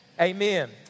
amen